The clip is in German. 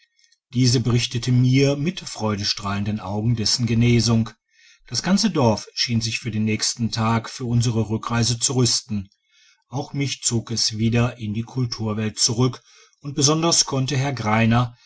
diese berichtete mir mit freudestrahlenden augen dessen genesung das ganze dorf schien sich für den nächsten tag für unsere rückreise zu rüsten auch mich zog es wieder in die kulturwelt zurück und besonders konnte herr